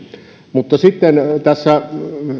mutta sitten tässä